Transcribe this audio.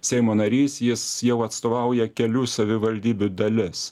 seimo narys jis jau atstovauja kelių savivaldybių dalis